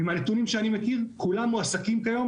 מהנתונים שאני מכיר, כולם מועסקים כיום